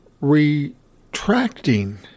retracting